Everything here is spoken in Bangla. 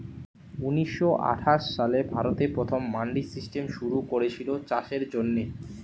ঊনিশ শ আঠাশ সালে ভারতে প্রথম মান্ডি সিস্টেম শুরু কোরেছিল চাষের জন্যে